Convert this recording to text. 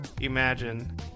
imagine